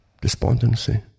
despondency